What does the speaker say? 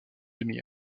demi